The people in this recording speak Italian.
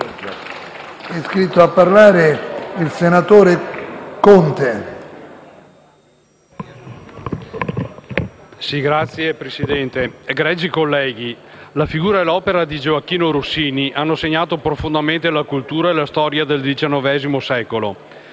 Signor Presidente, egregi colleghi, la figura e l'opera di Gioachino Rossini hanno segnato profondamente la cultura e la storia del XIX secolo.